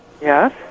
Yes